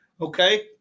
okay